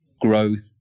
growth